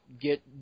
get